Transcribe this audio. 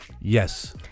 Yes